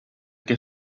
que